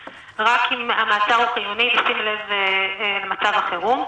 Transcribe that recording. שבעצם יאפשר לנו לעצור אנשים בנסיבות המצוינות מבלי לחקור אותם,